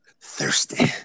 Thirsty